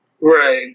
right